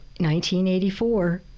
1984